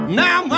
now